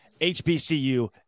HBCU